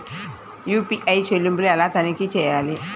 UPI చెల్లింపులు ఎలా తనిఖీ చేయాలి?